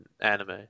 anime